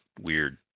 weird